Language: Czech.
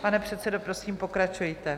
Pane předsedo, prosím pokračujte.